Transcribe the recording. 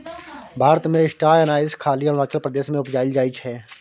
भारत मे star anise खाली अरुणाचल प्रदेश मे उपजाएल जाइ छै